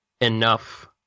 enough